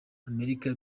amerika